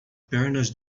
pernas